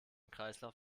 kreislauf